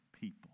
people